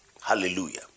Hallelujah